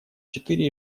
четыре